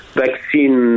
vaccine